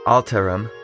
Alterum